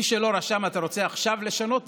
מי שלא רשם, אתה רוצה עכשיו לשנות?